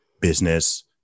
business